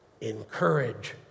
encourage